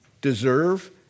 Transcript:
deserve